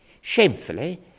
Shamefully